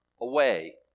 away